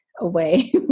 away